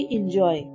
enjoy